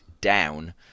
down